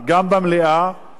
וגם בוועדות השונות.